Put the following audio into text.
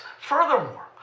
furthermore